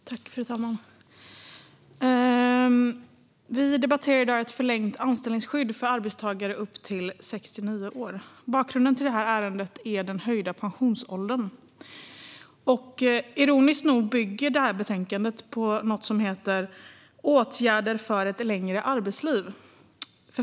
Fru talman! Vi debatterar i dag ett förlängt anställningsskydd för arbetstagare upp till 69 år. Bakgrunden till detta ärende är den höjda pensionsåldern. Ironiskt nog bygger detta betänkande på något som heter Åt gärder för ett längre arbetsliv .